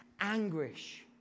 Anguish